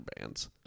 bands